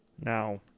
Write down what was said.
Now